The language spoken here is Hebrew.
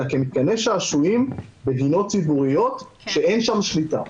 אלא כמתקני שעשועים בגינות ציבוריות שאין שם שליטה.